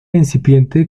incipiente